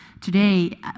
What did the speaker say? today